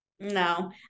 No